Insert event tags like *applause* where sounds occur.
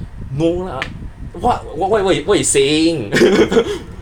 no lah *noise* what what what what you saying *laughs*